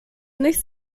nicht